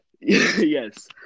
yes